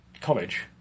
college